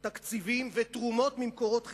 תקציבים ותרומות ממקורות חיצוניים,